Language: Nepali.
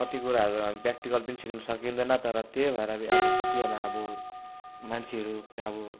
कति कुराहरू हामी प्र्याक्टिकल पनि सिक्नु सकिँदैन तर त्यही भएर अब कतिजना अब मान्छेहरू पुरा अब